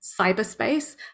cyberspace